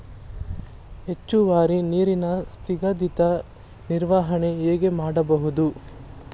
ಹೆಚ್ಚುವರಿ ನೀರಿನ ಸ್ಥಗಿತದ ನಿರ್ವಹಣೆ ಹೇಗೆ ಮಾಡಬಹುದು?